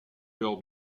cœur